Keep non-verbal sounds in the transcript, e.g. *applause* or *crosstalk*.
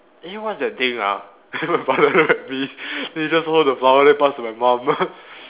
eh what's that thing ah *laughs* my father he he just hold the flower then pass to my mum *laughs*